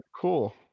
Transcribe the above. cool